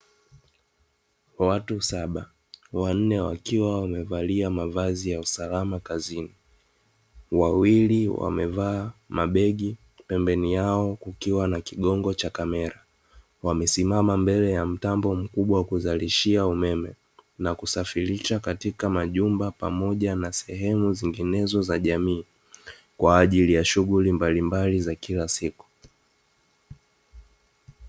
Watu saba, wanne wakiwa wamevalia mavazi ya usalama kazini, wawili wamevaa mabegi; pembeni yao kukiwa na kigongo cha kamera. Wamesimama mbele ya mtambo mkubwa wa kuzalishia umeme na kusafirisha katika majumbani, pamoja na sehemu zinginezo za jamii, kwa ajili ya shughuli mbalimbali za kila siku.